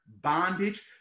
Bondage